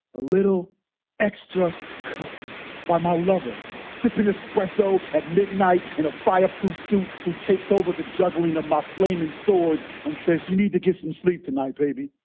a little extra cup by my lover. sipping espresso at midnight in a fireproof suit who takes over the juggling of my flaming swords and says, you need to get some sleep tonight, baby.